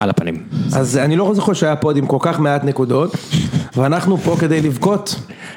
על הפנים אז אני לא זוכר שהיה פוד עם כל כך מעט נקודות ואנחנו פה כדי לבכות